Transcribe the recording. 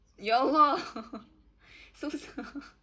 ya allah susah